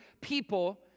people